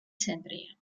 ცენტრია